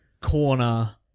corner